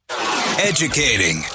Educating